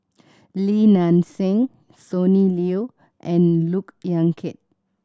Li Nanxing Sonny Liew and Look Yan Kit